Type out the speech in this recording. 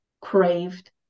craved